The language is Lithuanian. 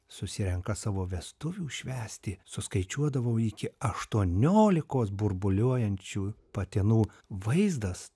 susirenka savo vestuvių švęsti suskaičiuodavau iki aštuoniolikos burbuliuojančių patinų vaizdas